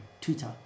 Twitter